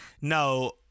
No